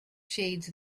shades